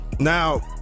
Now